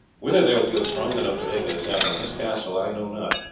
whether they will feel strong enough to make an attack on this castle i know not,